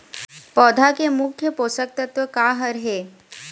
पौधा के मुख्य पोषकतत्व का हर हे?